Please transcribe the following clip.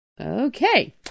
Okay